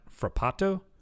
Frappato